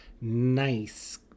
nice